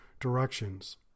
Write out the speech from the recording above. directions